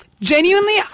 genuinely